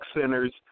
centers